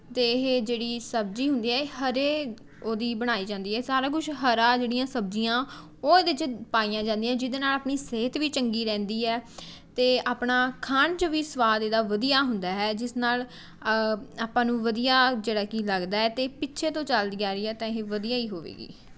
ਅਤੇ ਇਹ ਜਿਹੜੀ ਸਬਜ਼ੀ ਹੁੰਦੀ ਹੈ ਇਹ ਹਰੇ ਉਹਦੀ ਬਣਾਈ ਜਾਂਦੀ ਹੈ ਸਾਰਾ ਕੁਛ ਹਰਾ ਜਿਹੜੀਆਂ ਸਬਜ਼ੀਆਂ ਉਹ ਇਹਦੇ 'ਚ ਪਾਈਆਂ ਜਾਂਦੀਆਂ ਜਿਹਦੇ ਨਾਲ਼ ਆਪਣੀ ਸਿਹਤ ਵੀ ਚੰਗੀ ਰਹਿੰਦੀ ਹੈ ਅਤੇ ਆਪਣਾ ਖਾਣ 'ਚ ਵੀ ਸਵਾਦ ਇਹਦਾ ਵਧੀਆ ਹੁੰਦਾ ਹੈ ਜਿਸ ਨਾਲ਼ ਆਪਾਂ ਨੂੰ ਵਧੀਆ ਜਿਹੜਾ ਕਿ ਲੱਗਦਾ ਹੈ ਅਤੇ ਪਿੱਛੇ ਤੋਂ ਚੱਲਦੀ ਆ ਰਹੀ ਆ ਤਾਂ ਇਹ ਵਧੀਆ ਹੀ ਹੋਵੇਗੀ